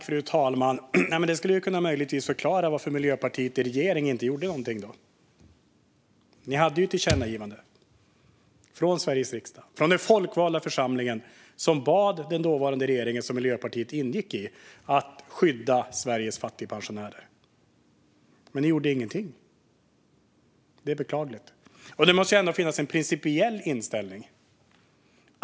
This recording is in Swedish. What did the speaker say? Fru talman! Det skulle möjligtvis kunna förklara varför Miljöpartiet inte gjorde något när man satt i regering, trots att man hade ett tillkännagivande från Sveriges riksdag, från den folkvalda församlingen, som bad den dåvarande regeringen, som Miljöpartiet ingick i, att skydda Sveriges fattigpensionärer. Men man gjorde ingenting. Det är beklagligt. Det måste ändå finnas en principiell inställning.